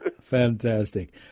Fantastic